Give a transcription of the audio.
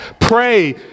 Pray